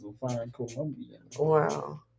Wow